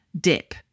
dip